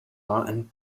and